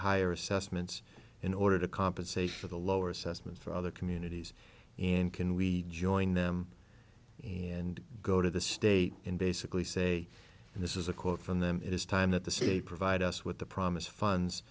higher assessments in order to compensate for the lower assessments for other communities in can we join them and go to the state in basically say and this is a quote from them it is time that the cia provide us with the promise funds